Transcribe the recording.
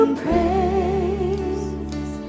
praise